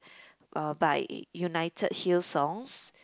uh by united hillsongs